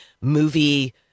movie